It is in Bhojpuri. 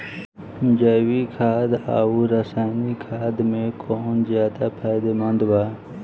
जैविक खाद आउर रसायनिक खाद मे कौन ज्यादा फायदेमंद बा?